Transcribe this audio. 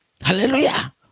Hallelujah